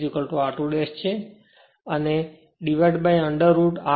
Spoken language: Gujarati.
અને divided by under root r Thevenin 2 x Thevenin x 2 2 છે